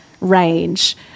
range